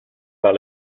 par